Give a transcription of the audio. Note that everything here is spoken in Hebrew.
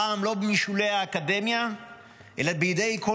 הפעם לא משולי האקדמיה אלא בידי כל